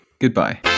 Goodbye